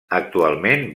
actualment